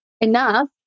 enough